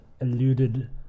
alluded